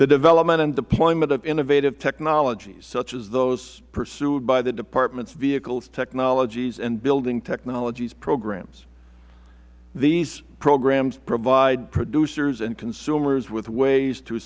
development and deployment of innovative technologies such as those pursued by the department's vehicles technologies and building technologies programs these programs provide producers and consumers with ways to